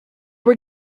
were